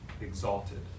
exalted